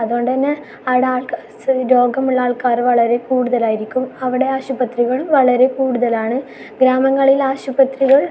അതുകൊണ്ട് തന്നെ അസുഖ രോഗമുള്ള ആൾക്കാർ വളരെ കൂടുതലായിരിക്കും അവിടെ ആശുപത്രികളും വളരെ കൂടുതലാണ് ഗ്രാമങ്ങളിൽ ആശുപത്രികൾ